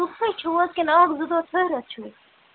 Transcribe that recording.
ہُتھٕ کٔنۍ چھُوٕ حظ کِنہٕ اَکھ زٕ دۄہ ٹھٔہرِتھ چھُو